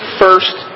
first